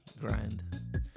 grind